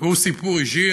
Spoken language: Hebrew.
והוא סיפור אישי.